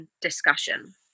discussion